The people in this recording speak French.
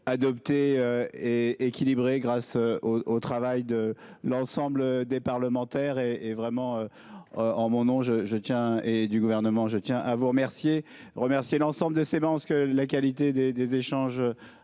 adoptée est équilibrée grâce au travail de l'ensemble des parlementaires et et vraiment. En mon nom je tiens et du gouvernement. Je tiens à vous remercier, remercier l'ensemble des séances que la qualité des échanges.